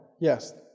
Yes